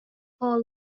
paw